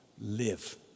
Live